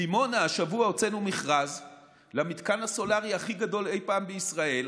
בדימונה השבוע הוצאנו מכרז למתקן הסולרי הכי גדול אי-פעם בישראל,